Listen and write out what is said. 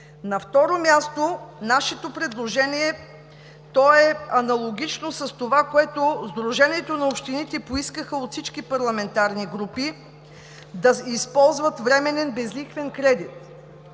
На второ място, нашето предложение е аналогично с това, което Сдружението на общините поискаха от всички парламентарни групи – да използват временен безлихвен кредит